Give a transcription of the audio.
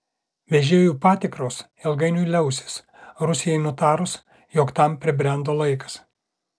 vežėjų patikros ilgainiui liausis rusijai nutarus jog tam pribrendo laikas